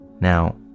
Now